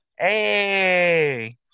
Hey